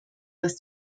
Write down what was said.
dass